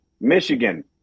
Michigan